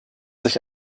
sich